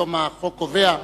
היום החוק קובע,